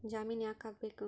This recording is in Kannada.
ಜಾಮಿನ್ ಯಾಕ್ ಆಗ್ಬೇಕು?